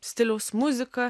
stiliaus muziką